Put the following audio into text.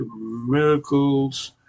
miracles